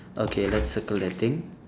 okay let's circle that thing